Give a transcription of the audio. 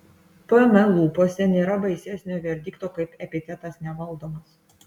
pm lūpose nėra baisesnio verdikto kaip epitetas nevaldomas